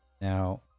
Now